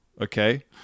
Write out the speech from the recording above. Okay